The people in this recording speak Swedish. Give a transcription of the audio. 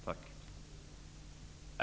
Tack!